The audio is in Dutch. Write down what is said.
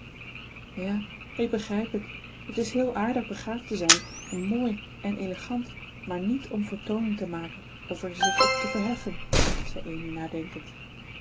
ja ik begrijp het het is heel aardig begaafd te zijn en mooi en elegant maar niet om vertooning te maken of er zich op te verheffen zei amy nadenkend